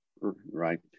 Right